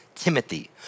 Timothy